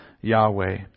Yahweh